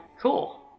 cool